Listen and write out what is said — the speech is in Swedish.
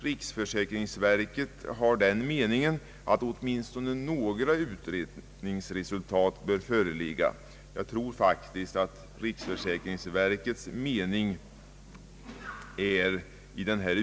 Riksförsäkringsverket är av den meningen att åtminstone några utredningsresultat bör föreligga. Jag tror faktiskt att riksförsäkringsverket har rätt i det avseendet.